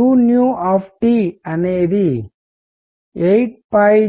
uఅనేది 83kTc3